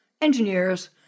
engineers